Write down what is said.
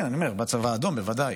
כן, אני אומר, בצבא האדום ודאי,